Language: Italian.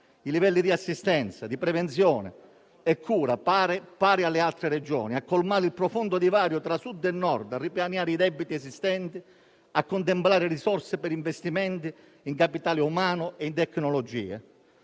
ai livelli di assistenza, di prevenzione e di cura pari alle altre Regioni, a colmare il profondo divario tra Sud e Nord, a ripianare i debiti esistenti, a contemplare risorse per investimenti in capitale umano e tecnologia.